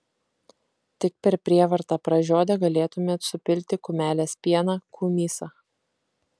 tik per prievartą pražiodę galėtumėt supilti kumelės pieną kumysą